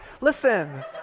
listen